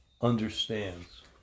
understands